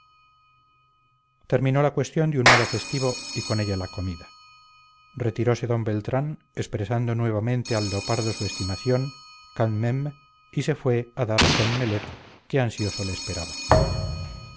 terminó la cuestión de un modo festivo y con ella la comida retirose d beltrán expresando nuevamente al leopardo su estimación quand mme y se fue a dar con nelet que ansioso le esperaba